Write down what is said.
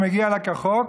שמגיע לה כחוק,